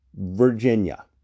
Virginia